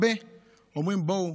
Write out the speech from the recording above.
אומרים: בואו,